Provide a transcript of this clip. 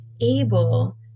able